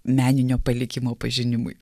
meninio palikimo pažinimui